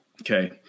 Okay